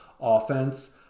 offense